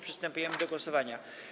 Przystępujemy do głosowania.